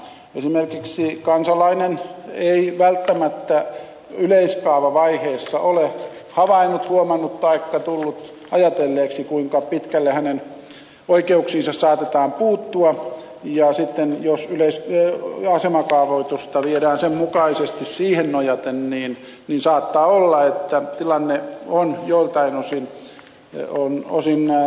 esimerkiksi kansalainen ei välttämättä yleiskaavavaiheessa ole havainnut huomannut taikka tullut ajatelleeksi kuinka pitkälle hänen oikeuksiinsa saatetaan puuttua ja sitten jos asemakaavoitusta viedään sen mukaisesti siihen nojaten niin saattaa olla että tilanne on joiltain osin hankala